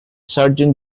surgeon